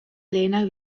lehenak